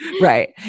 right